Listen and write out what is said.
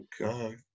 Okay